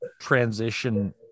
transition